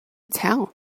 tell